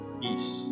peace